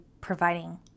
providing